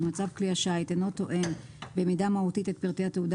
שמצב כלי השיט אינו תואם במידה מהותית את פרטיי התעודה